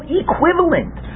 equivalent